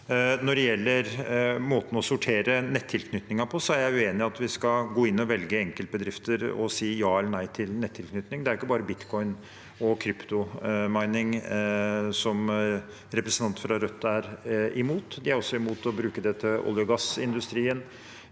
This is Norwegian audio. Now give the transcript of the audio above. Når det gjelder måten å sortere nettilknytningen på, er jeg uenig i at vi skal gå inn og velge enkeltbedrifter og si ja eller nei til nettilknytning. Det er ikke bare bitcoin og «crypto mining» representanter fra Rødt er imot, de er også imot å bruke det til olje- og gassindustrien,